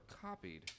copied